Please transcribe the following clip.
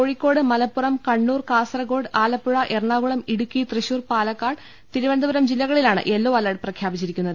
Kozhikode Malappuram Kannur Kasaragod Alappuzha Ernakulam Idukki Thrissur Palakkad Thiruvananthapuram ജില്ലക ളിലാണ് yellow alert പ്രഖ്യാപിച്ചിരിക്കുന്നത്